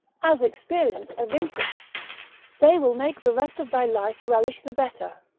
as experience evinceth they will make the rest of thy life relish the better.